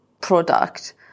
product